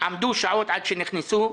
הם עמדו שעות עד שנכנסו.